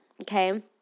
Okay